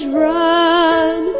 run